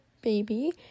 baby